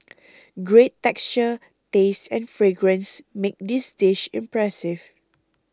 great texture taste and fragrance make this dish impressive